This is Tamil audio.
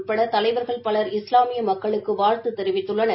உட்பட தலைவர்கள் பலர் இஸ்லாமிய மக்களுக்கு வாழ்த்து தெரிவித்துள்ளனர்